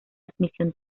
admisión